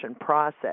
process